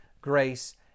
grace